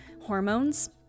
hormones